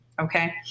Okay